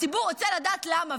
הציבור רוצה לדעת למה.